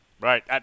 Right